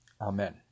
Amen